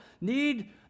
need